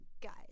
guys